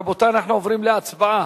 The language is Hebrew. רבותי, אנחנו עוברים להצבעה.